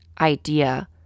idea